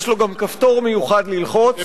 יש לו גם כפתור מיוחד ללחוץ,